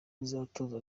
uzatorwa